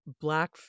black